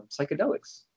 psychedelics